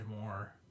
more